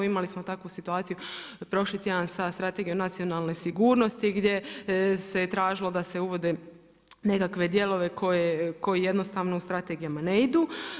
Imali smo takvu situaciju prošli tjedan, sa Strganijom nacionalne sigurnosti, gdje se tražilo da se uvode nekakve dijelove koji jednostavno u strategijama ne idu.